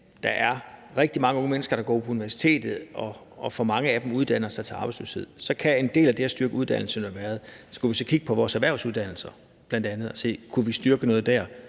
der er rigtig mange unge mennesker, der går på universitetet, og for mange af dem uddanner sig til arbejdsløshed. Så kan en del af det at styrke uddannelserne jo være at kigge på vores erhvervsuddannelser og se, om vi kunne styrke noget der,